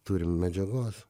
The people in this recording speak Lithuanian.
turim medžiagos